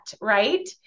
right